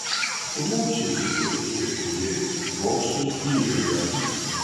kruopščiai sutepkite klijais plokštės įrėžą